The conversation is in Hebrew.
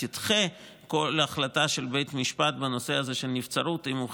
תדחה כל החלטה של בית המשפט בנושא הנבצרות אם הוא,